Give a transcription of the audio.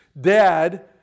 dad